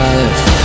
Life